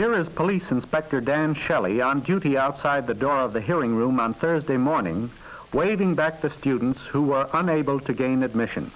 is police inspector dan shelley on duty outside the door of the hearing room on thursday morning waving back the students who were unable to gain admission